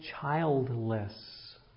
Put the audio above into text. childless